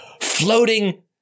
floating